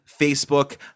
Facebook